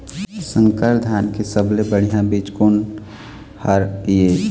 संकर धान के सबले बढ़िया बीज कोन हर ये?